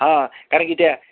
हां कारण की त्या